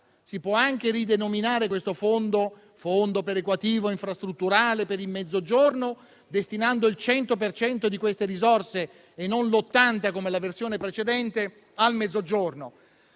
Si può anche ridenominarlo «Fondo perequativo infrastrutturale per il Mezzogiorno» destinando il 100 per cento di queste risorse e non l'80, come nella versione precedente, al Mezzogiorno,